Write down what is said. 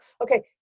okay